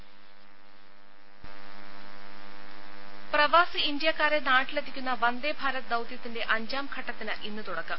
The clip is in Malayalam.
ദേശ പ്രവാസി ഇന്ത്യക്കാരെ നാട്ടിലെത്തിക്കുന്ന വന്ദേഭാരത് ദൌത്യത്തിന്റെ അഞ്ചാം ഘട്ടത്തിന് ഇന്ന് തുടക്കം